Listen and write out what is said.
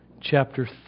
chapter